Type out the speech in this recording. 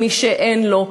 ומי שאין לו,